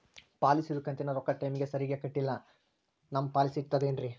ಪಾಲಿಸಿದು ಕಂತಿನ ರೊಕ್ಕ ಟೈಮಿಗ್ ಸರಿಗೆ ಕಟ್ಟಿಲ್ರಿ ನಮ್ ಪಾಲಿಸಿ ಇರ್ತದ ಏನ್ರಿ?